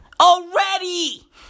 Already